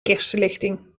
kerstverlichting